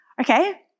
Okay